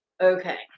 Okay